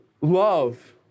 love